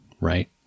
right